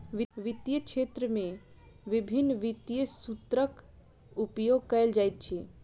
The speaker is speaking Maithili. वित्तीय क्षेत्र में विभिन्न वित्तीय सूत्रक उपयोग कयल जाइत अछि